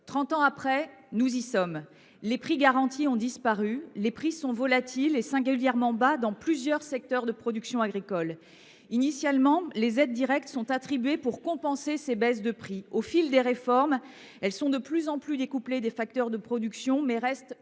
plus tard, nous y sommes : les prix garantis ont disparu ; les prix sont volatils et singulièrement bas dans plusieurs secteurs de production agricole. Initialement, les aides directes sont attribuées pour compenser ces baisses de prix. Au fil des réformes, elles sont de plus en plus découplées des facteurs de production, mais restent